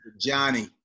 Johnny